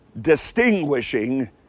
distinguishing